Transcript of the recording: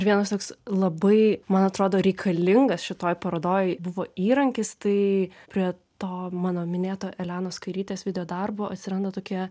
vienas toks labai man atrodo reikalingas šitoj parodoj buvo įrankis tai prie to mano minėto elenos kairytės videodarbo atsiranda tokia